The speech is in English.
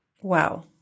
Wow